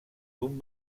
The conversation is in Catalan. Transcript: d’un